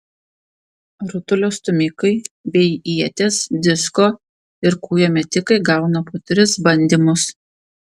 rutulio stūmikai bei ieties disko ir kūjo metikai gauna po tris bandymus